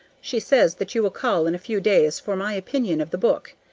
she says that you will call in a few days for my opinion of the book.